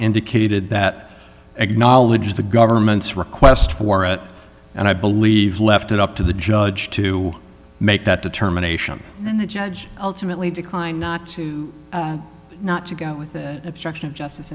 indicated that acknowledged the government's request for it and i believe left it up to the judge to make that determination then the judge ultimately declined not to not to go with obstruction of justice